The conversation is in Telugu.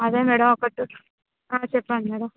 అదే మేడం ఒక టూ ఆ చెప్పండీ మేడం